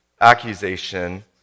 accusation